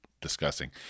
discussing